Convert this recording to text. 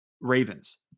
Ravens